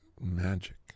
magic